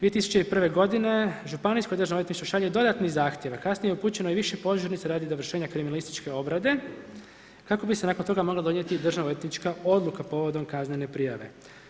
2001. g. Županijsko državno odvjetništvo šalje dodatni zahtjev, a kasnije je upućeno i više pozivnica radi dovršenja kriminalističke obrade, kako bi se nakon toga mogla donijet i državno odvjetnička odluka povodom kaznene prijave.